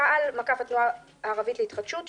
תע"ל התנועה הערבית להתחדשות,